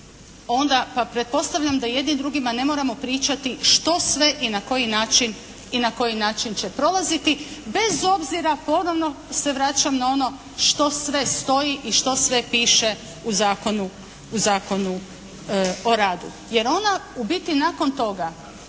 onda pa pretpostavljam da jedni drugima ne moramo pričati što sve i na koji način će prolaziti bez obzira, ponovno se vraćam na ono što sve stoji i što sve piše u Zakonu o radu jer ona u biti nakon toga